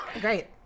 Great